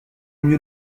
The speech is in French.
mieux